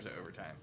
overtime